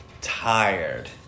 tired